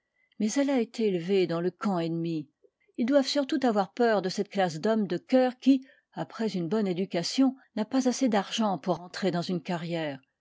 mais elle a été élevée dans le camp ennemi ils doivent surtout avoir peur de cette classe d'hommes de coeur qui après une bonne éducation n'a pas assez d'argent pour entrer dans une carrière